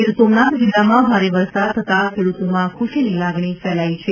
ગીર સોમનાથ જિલ્લામાં ભારે વરસાદ થતાં ખેડ઼તોમાં ખુશીની લાગણી ફેલાઇ છે